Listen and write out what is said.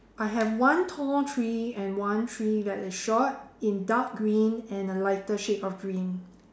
I have one tall tree and one tree that is short in dark green and a lighter shade of green